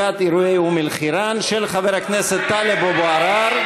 אירועי אום-אלחיראן של חבר הכנסת טלב אבו עראר.